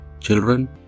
Children